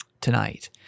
tonight